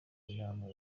inama